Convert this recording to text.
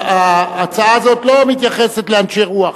ההצעה הזאת לא מתייחסת לאנשי רוח,